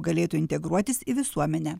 galėtų integruotis į visuomenę